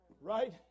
Right